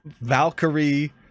Valkyrie